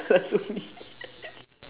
tara sue me